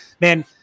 man